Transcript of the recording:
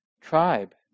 tribe